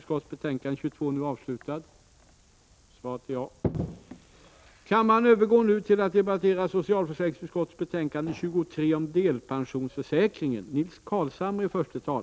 Kammaren övergår nu till att debattera näringsutskottets betänkande 24 om tillfällig handel.